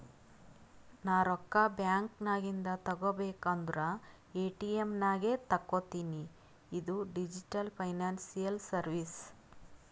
ನಾ ರೊಕ್ಕಾ ಬ್ಯಾಂಕ್ ನಾಗಿಂದ್ ತಗೋಬೇಕ ಅಂದುರ್ ಎ.ಟಿ.ಎಮ್ ನಾಗೆ ತಕ್ಕೋತಿನಿ ಇದು ಡಿಜಿಟಲ್ ಫೈನಾನ್ಸಿಯಲ್ ಸರ್ವೀಸ್